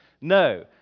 No